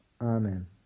Amen